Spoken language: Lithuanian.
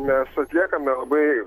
nes atliekame labai